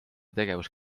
tegevust